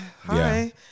hi